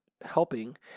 helping